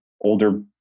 older